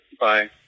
Bye